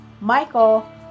Michael